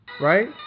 right